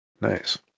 Nice